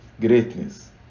greatness